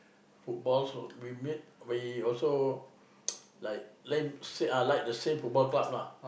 football so we made we also like lame same like the same Football Club lah